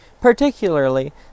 Particularly